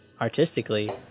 artistically